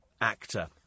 actor